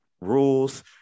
rules